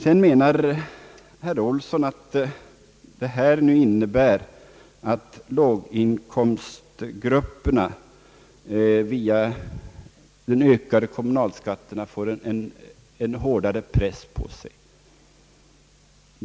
Herr Olsson menar att detta innebär att låginkomstgrupperna via de ökade kommunalskatterna får en hårdare press på sig.